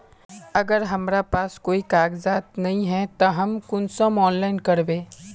अगर हमरा पास कोई कागजात नय है तब हम कुंसम ऑनलाइन करबे?